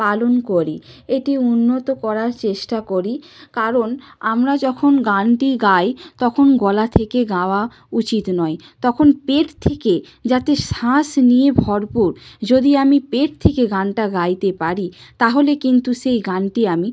পালন করি এটি উন্নত করার চেষ্টা করি কারণ আমরা যখন গানটি গাই তখন গলা থেকে গাওয়া উচিত নয় তখন পেট থেকে যাতে শ্বাস নিয়ে ভরপুর যদি আমি পেট থেকে গানটা গাইতে পারি তাহলে কিন্তু সেই গানটি আমি